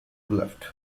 left